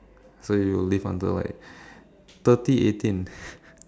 so you'll live until like thirty eighteen